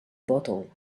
bottle